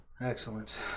Excellent